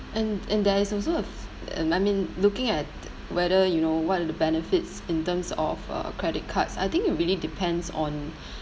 and and there is also a I mean looking at whether you know what are the benefits in terms of uh credit cards I think it really depends on